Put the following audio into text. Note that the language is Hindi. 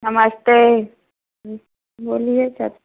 नमस्ते बोलिए सर